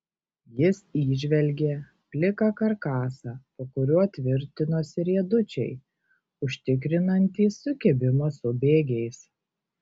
jis įžvelgė pliką karkasą po kuriuo tvirtinosi riedučiai užtikrinantys sukibimą su bėgiais